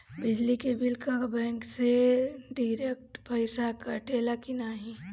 बिजली के बिल का बैंक से डिरेक्ट पइसा कटेला की नाहीं?